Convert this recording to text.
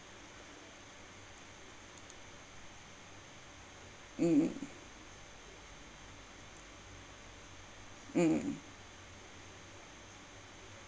mm mm